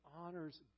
honors